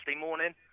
morning